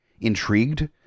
intrigued